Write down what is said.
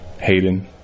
Hayden